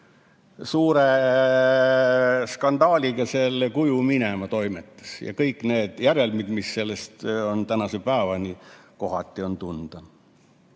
suure skandaaliga selle kuju minema toimetas, ja kõik need järelmid on sellest kuni tänase päevani kohati tunda.